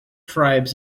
tribes